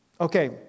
Okay